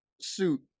suit